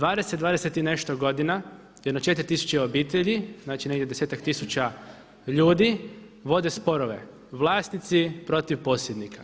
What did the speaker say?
20 i nešto godina jedno četiri tisuće obitelji, znači negdje desetak tisuća ljudi vode sporove, vlasnici protiv posjednika.